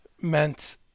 meant